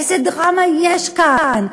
איזה דרמה יש כאן,